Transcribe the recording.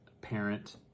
parent